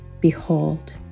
Behold